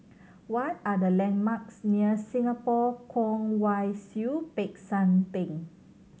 what are the landmarks near Singapore Kwong Wai Siew Peck San Theng